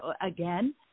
again